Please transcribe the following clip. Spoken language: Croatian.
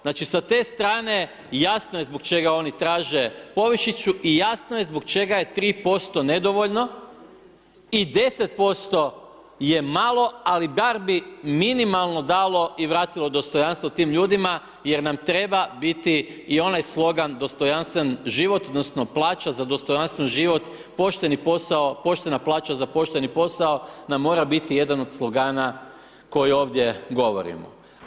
Znači sa te strane jasno je zbog čega oni traže povišicu i jasno je zbog čega je 3% nedovoljno i 10% je malo, ali grabi minimalno dalo i vratilo dostojanstvo tim ljudima, jer nam treba biti i onaj slogan dostojanstven život, odnosno, plaća za dostojanstven život, pošteni posao, poštena plaća za pošteni posao, nam mora biti jedan od slogana koji ovdje govorimo.